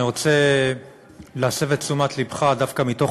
אני רוצה להסב את תשומת לבך דווקא מתוך